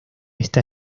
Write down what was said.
esta